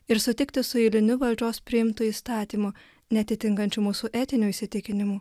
ir sutikti su eiliniu valdžios priimtu įstatymu neatitinkančiu mūsų etinių įsitikinimų